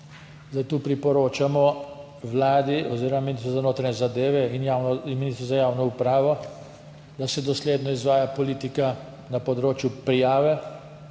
Tu priporočamo Vladi oziroma Ministrstvu za notranje zadeve in Ministrstvu za javno upravo, da se dosledno izvaja politika na področju prijave